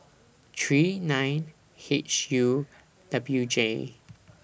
three nine H U W J